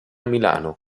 milano